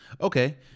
Okay